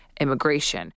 immigration